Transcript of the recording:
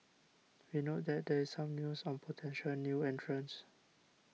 we note that there is some news on potential new entrants